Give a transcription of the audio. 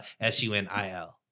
S-U-N-I-L